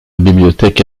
bibliothèque